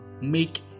make